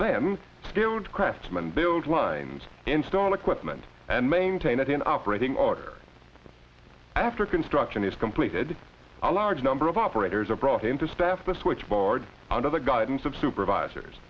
them skilled craftsman build lines install equipment and maintain it in operating order after construction is completed a large number of operators are brought in to staff the switchboard under the guidance of supervisors